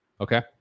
okay